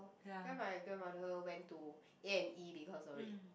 then my grandmother went to A-and-E because of it